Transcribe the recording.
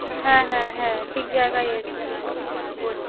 হ্যাঁ হ্যাঁ হ্যাঁ ঠিক জায়গায় এসছেন আপনি হ্যাঁ বলুন